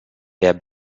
der